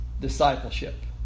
discipleship